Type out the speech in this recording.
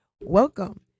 welcome